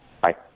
Bye